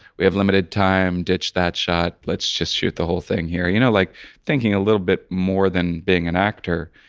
we have limited time, ditch that shot, let's just shoot the whole thing here, you know like thinking a little bit more than being an actor,